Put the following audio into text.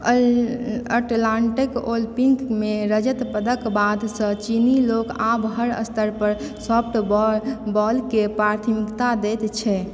Atlanta Olympic मे रजत पदकक बादसँ चीनी लोक आब हर स्तरपर सॉफ्टबॉल के प्राथमिकता दैत छै